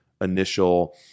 initial